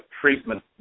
treatment